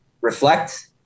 reflect